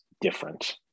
different